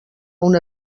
una